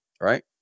right